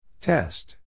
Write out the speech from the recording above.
Test